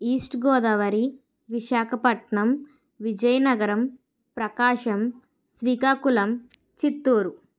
east Godavari Visakhapatnam Vizianagaram Prakasam Srikakulam Chittoor